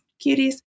cuties